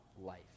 life